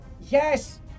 yes